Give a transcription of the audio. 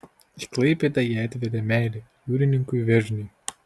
į klaipėdą ją atvedė meilė jūrininkui verniui